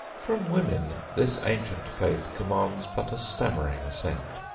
from women this ancient faith commands but a stammering assent.